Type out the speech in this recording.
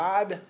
God